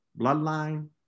bloodline